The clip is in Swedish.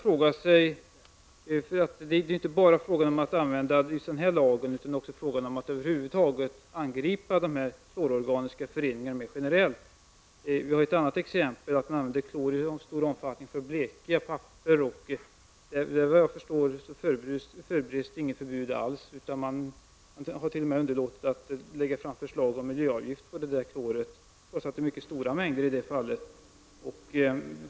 Men det är inte bara fråga om att använda sig av lagen, utan det är också fråga om att över huvud taget angripa problemet med klororganiska föreningar mera generellt: Ett annat exempel på att klor används i stor omfattning är verksamheten med blekning av papper. Såvitt jag förstår förbereds inget förbud alls på det här området. Man har t.o.m. underlåtit att lägga fram förslag om en miljöavgift på kloret. Ändå rör det sig om mycket stora mängder i det här fallet.